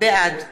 בעד